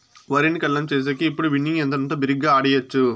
వరిని కల్లం చేసేకి ఇప్పుడు విన్నింగ్ యంత్రంతో బిరిగ్గా ఆడియచ్చు